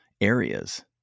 areas